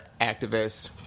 activists